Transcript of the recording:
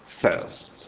first